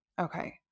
Okay